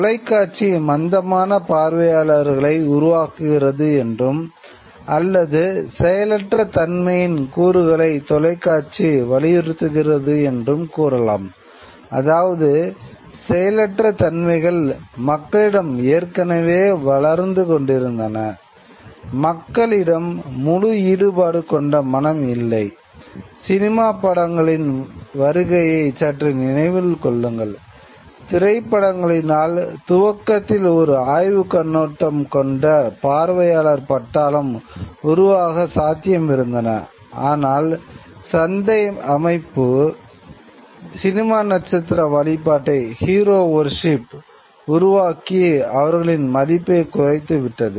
தொலைக்காட்சி உருவாக்கி அவர்களின் மதிப்பை குறைத்து விட்டது